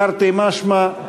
תרתי משמע,